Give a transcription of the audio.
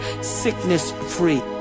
sickness-free